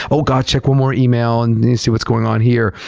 oh god, check one more email and you see what's going on here,